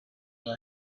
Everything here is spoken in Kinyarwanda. muri